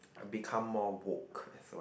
become more vogue as well